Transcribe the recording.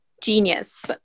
genius